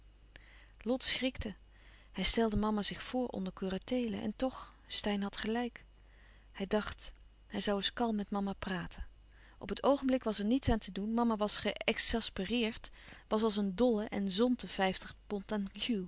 lot schrikte hij stelde mama zich voor onder curateele en toch steyn had gelijk hij dacht hij zoû eens kalm met mama praten op het oogenblik was er niets aan te doen mama was geëxaspereerd was als een dolle en znd de vijftig pond